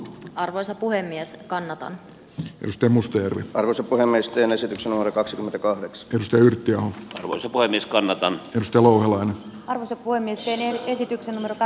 arvoisa puhemies kannatan pysty mustajärvi taru suppulamiesten esitys nolla kaksikymmentäkaksi josta yhtiö voisi voimiskannetaan ruoan arvonsa voimin eli esityksen ymmärtää